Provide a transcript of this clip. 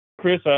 Chris